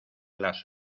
las